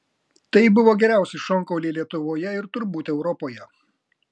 tai buvo geriausi šonkauliai lietuvoje ir turbūt europoje